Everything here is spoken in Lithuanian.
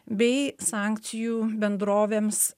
bei sankcijų bendrovėms